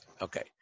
Okay